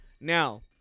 Now